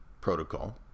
protocol